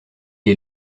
est